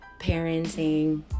parenting